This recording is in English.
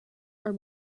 are